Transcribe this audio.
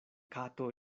kato